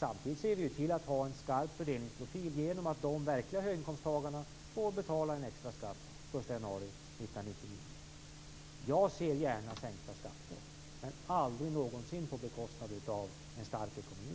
Samtidigt ser vi till att ha en stark fördelningsprofil genom att de verkliga höginkomsttagarna får betala en extra skatt den 1 januari 1999. Jag ser gärna sänkta skatter, men aldrig någonsin på bekostnad av en stark ekonomi.